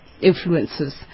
influences